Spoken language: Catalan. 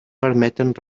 permeten